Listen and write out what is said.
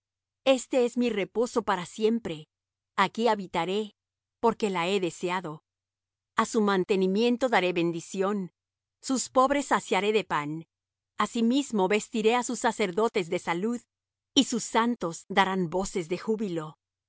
este es mi reposo para siempre aquí habitaré porque la he deseado a su mantenimiento daré bendición sus pobres saciaré de pan asimismo vestiré á sus sacerdotes de salud y sus santos darán voces de júbilo